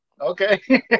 Okay